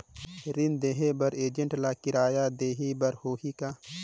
ऋण देहे बर एजेंट ला किराया देही बर होही का?